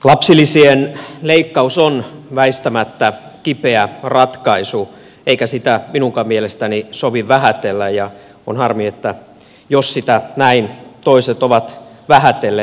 lapsilisien leikkaus on väistämättä kipeä ratkaisu eikä sitä minunkaan mielestäni sovi vähätellä ja on harmi jos sitä toiset näin ovat vähätelleet